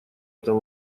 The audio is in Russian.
этом